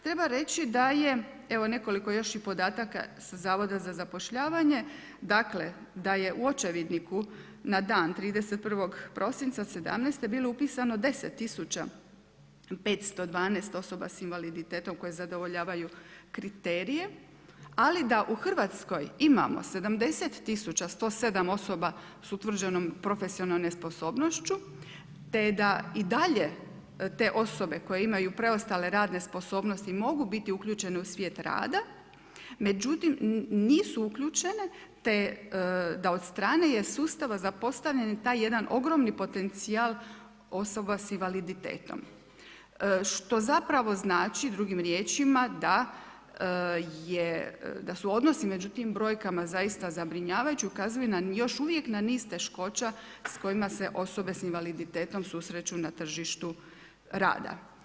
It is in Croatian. Treba reći da je evo nekoliko još i podataka sa zavoda za zapošljavanje, dakle da je u očevidniku na dan 31. prosinca 2017. bilo upisano 10 512 osoba s invaliditetom koje zadovoljavaju kriterije ali da u Hrvatskoj imamo 70 107 osoba s utvrđenom profesionalnom nesposobnošću te da i dalje te osobe koje imaju preostale radne sposobnosti mogu biti uključene u svijet rada, međutim nisu uključene te da od strane je sustava zapostavljen taj jedan ogromni potencijal osoba s invaliditetom što zapravo znači drugim riječima da su odnosi među tim brojkama zaista zabrinjavajući, ukazuju na još uvijek na niz teškoća s kojima se osobe s invaliditetom susreću na tržištu rada.